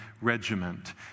regiment